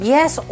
Yes